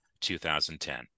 2010